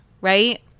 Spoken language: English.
right